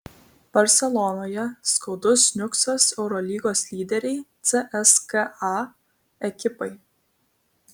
barselonoje skaudus niuksas eurolygos lyderei cska ekipai